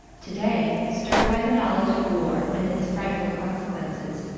today, stirred by the knowledge of war and its frightful consequences,